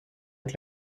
het